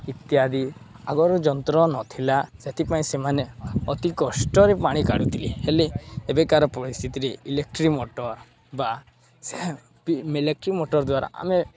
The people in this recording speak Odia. ଇତ୍ୟାଦି ଆଗରୁ ଯନ୍ତ୍ର ନଥିଲା ସେଥିପାଇଁ ସେମାନେ ଅତି କଷ୍ଟରେ ପାଣି କାଢ଼ୁଥିଲେ ହେଲେ ଏବେକାର ପରିସ୍ଥିତିରେ ଇଲେକ୍ଟ୍ରି ମଟର୍ ବା ସେ ଇଲେକ୍ଟ୍ରି ମଟର୍ ଦ୍ୱାରା ଆମେ